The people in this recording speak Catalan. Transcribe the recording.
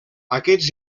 aquests